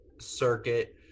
circuit